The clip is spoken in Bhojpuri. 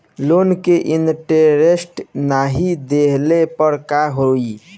लोन के इन्टरेस्ट नाही देहले पर का होई?